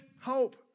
hope